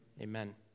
amen